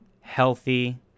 healthy